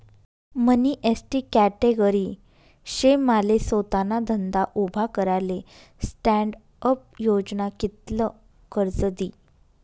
मनी ST category शे माले सोताना धंदा उभा कराले स्टॅण्डअप योजना कित्ल कर्ज दी?